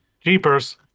Jeepers